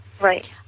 Right